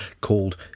called